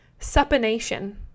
supination